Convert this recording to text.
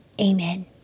amen